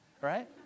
Right